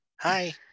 Hi